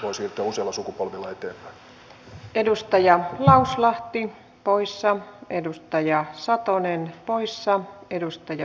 viedä lävitse ja kuitenkin niiden vastuut voivat siirtyä useilla sukupolvilla eteenpäin